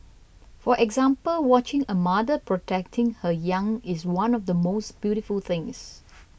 for example watching a mother protecting her young is one of the most beautiful things